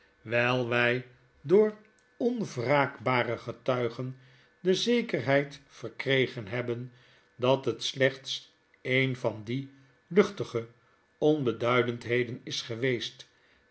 wyl wij door onwraakbare getuigen de zekerheid verkregen hebben dat het slechts een van diejtachtige onbeduidendheden is geweest